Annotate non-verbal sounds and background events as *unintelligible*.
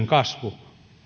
*unintelligible* kasvu